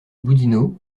boudinot